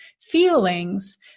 feelings